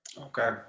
Okay